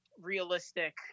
realistic